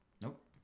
Nope